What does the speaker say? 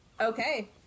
okay